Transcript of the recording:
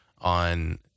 on